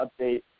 update